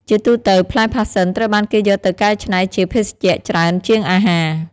ជាទូទៅ ផ្លែផាសសិនត្រូវបានគេយកទៅកែច្នៃជាភេសជ្ជៈច្រើនជាងអាហារ។